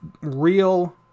real